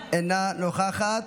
אינה נוכחת.